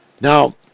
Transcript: Now